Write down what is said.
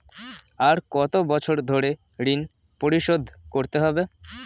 আর কত বছর ধরে ঋণ পরিশোধ করতে হবে?